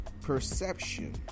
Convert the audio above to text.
perception